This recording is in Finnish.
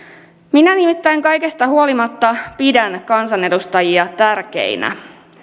minä nimittäin kaikesta huolimatta pidän kansanedustajia tärkeinä